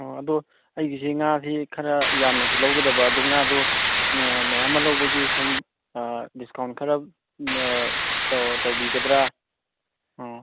ꯑꯣ ꯑꯗꯣ ꯑꯩꯒꯤꯁꯦ ꯉꯥꯁꯤ ꯈꯔ ꯌꯥꯝꯅꯁꯨ ꯂꯧꯒꯗꯕ ꯑꯗꯣ ꯉꯥꯗꯣ ꯃꯌꯥꯝꯃ ꯂꯧꯕꯒꯤ ꯁꯨꯝ ꯗꯤꯁꯀꯥꯎꯟ ꯈꯔ ꯇꯧꯕꯤꯒꯗ꯭ꯔꯥ ꯑꯣ